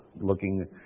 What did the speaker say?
looking